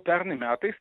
pernai metais